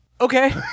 Okay